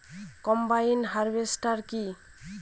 Combine harvester কি?